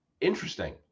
interesting